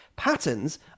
patterns